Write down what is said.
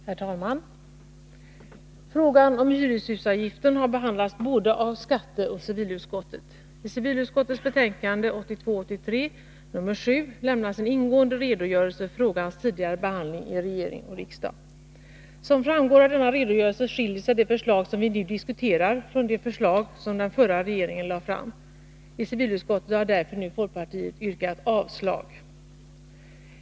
Herr talman! Frågan om hyreshusavgiften har behandlats av både skatteoch civilutskotten. I civilutskottets betänkande 1982/83:7 lämnas en ingående redogörelse för frågans tidigare behandling i regering och riksdag. Som framgår av denna redogörelse skiljer sig det förslag som vi nu diskuterar från det förslag som den förra regeringen lade fram. I civilutskottet har därför nu folkpartiet yrkat avslag.